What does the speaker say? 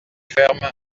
ferme